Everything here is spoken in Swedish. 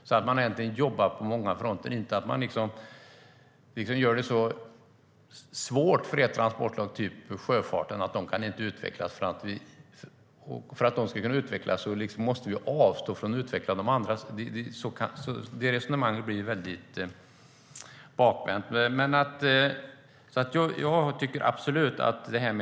Det gäller att man jobbar på många fronter och inte gör det så svårt för ett transportslag som sjöfarten att det inte kan utvecklas. För att den ska kunna utvecklas måste vi avstå från att utveckla de andra. Det resonemanget blir väldigt bakvänt.